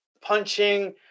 punching